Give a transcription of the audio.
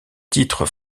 titres